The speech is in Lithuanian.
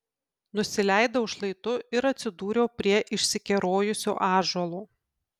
nusileidau šlaitu ir atsidūriau prie išsikerojusio ąžuolo